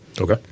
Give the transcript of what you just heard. Okay